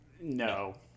No